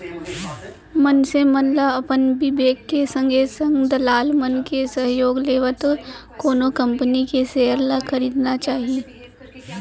मनसे मन ल अपन बिबेक के संगे संग दलाल मन के सहयोग लेवत कोनो कंपनी के सेयर ल खरीदना चाही